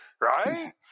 right